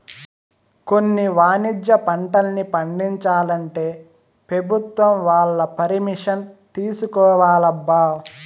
కొన్ని వాణిజ్య పంటల్ని పండించాలంటే పెభుత్వం వాళ్ళ పరిమిషన్ తీసుకోవాలబ్బా